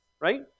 right